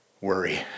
worry